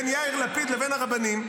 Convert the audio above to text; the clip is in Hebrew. בין יאיר לפיד לבין הרבנים.